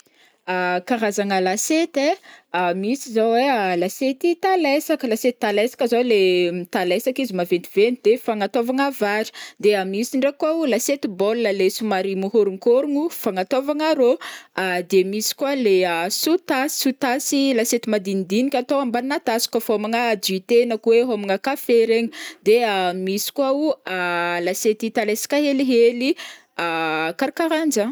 Karazagna lasiety ai misy zao ai lasiety talesaka lasiety talesaka zao le talesaka izy maventiventy de fagnataovagna vary de a- misy ndraiky koa o lasiety bôl le somary mihôronkôrogno fagnataovagna rô de misy koa le sous tasse sous tasy lasiety madinidinika atao ambaninà tasy kaofa homagna dite na koa hoe hômagna kafe regny de misy koa o lasiety talesaka helihely karakarahan'jany.